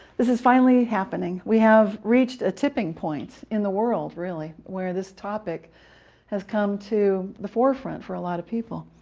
this is finally happening. we have reached a tipping point in the world, really, where this topic has come to the forefront for a lot of people.